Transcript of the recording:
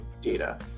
data